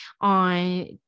on